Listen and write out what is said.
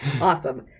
Awesome